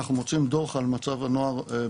אנחנו מוציאים דו"ח על מצב הנוער בישראל,